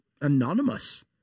anonymous